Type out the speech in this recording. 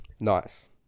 Nice